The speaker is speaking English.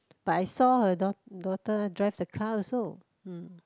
but I saw her daugh~ daughter drive the car also hmm